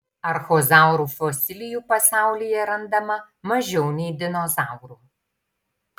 archozaurų fosilijų pasaulyje randama mažiau nei dinozaurų